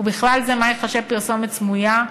ובכלל זה מה ייחשב פרסומת סמויה,